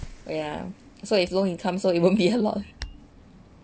ya so if low income so it won't be a lot